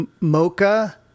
Mocha